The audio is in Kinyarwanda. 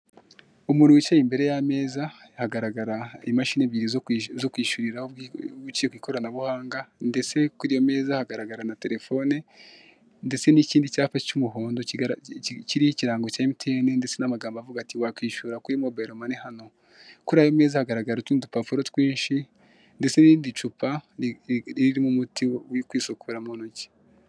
Umuntu wicaye imbere y'ameza agaragara imashini ebyiri zo kwishyuriraho uciye ku ikoranabuhanga, ndetse kuri iyo meza hagaragara na terefone ndetse n'ikindi cyapa cy'umuhondo kigara kiriho ikirango cya emutiyene ndetse n'amagambo avuga ati ''wakwishyura kuri mobayiromani hano'', kuri ayo meza hagaragara utundi dupapuro twinshi, ndetse n'icupa ririmo umuti wo kwisukura mu ntoki.